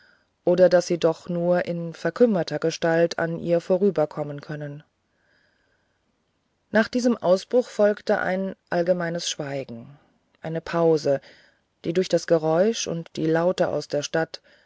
oder daß sie doch nur in verkümmerter gestalt an ihr vorüber kommen können nach diesem ausbruch folgte ein allgemeines schweigen eine pause die durch das geräusch und die laute aus der stadt